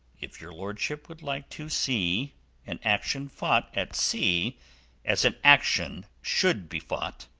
if your lordship would like to see an action fought at sea as an action should be fought,